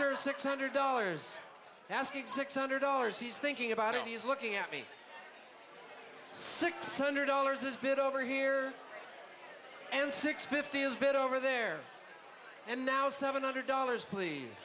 user six hundred dollars ask exacts hundred dollars he's thinking about it he's looking at me six hundred dollars is a bit over here and six fifty is bit over there and now seven hundred dollars please